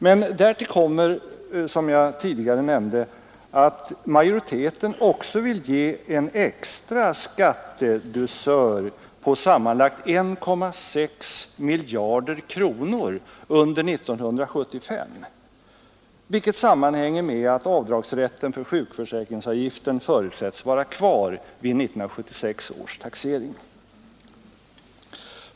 Men därtill kommer, som jag tidigare nämnde, att majoriteten också vill ge en extra skattedusör på sammanlagt 1,6 miljarder kronor under år 1975, vilket sammanhänger med att avdragsrätten för sjukförsäkringsavgiften förutsättes vara kvar vid 1976 års taxering.